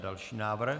Další návrh.